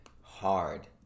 hard